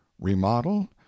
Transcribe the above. remodel